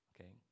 okay